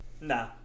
Nah